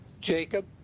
Jacob